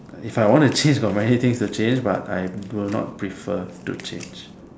if I want to change got many things to change but I do not prefer to change